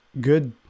good